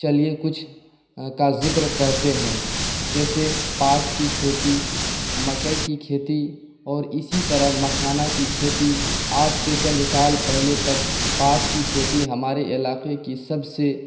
چلیے کچھ کا ذکر کرتے ہیں جیسے پاٹ کی کھیتی مکئی کی کھیتی اور اسی طرح مکھانا کی کھیتی آج سے چند سال پہلے تک پاٹ کی کھیتی ہمارے علاقے کی سب سے